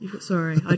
Sorry